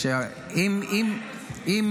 למה, אין תקציבים?